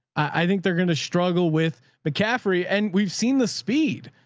i think they're going to struggle with mccaffrey and we've seen the speed,